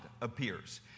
appears